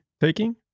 taking